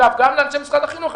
אגב, גם לאנשי משרד החינוך.